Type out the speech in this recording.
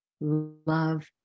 love